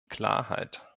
klarheit